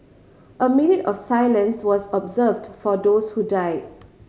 a minute of silence was observed for those who died